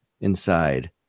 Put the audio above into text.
inside